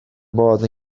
modd